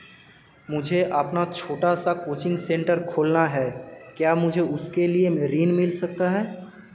मुझे अपना छोटा सा कोचिंग सेंटर खोलना है क्या मुझे उसके लिए ऋण मिल सकता है?